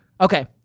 Okay